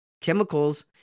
chemicals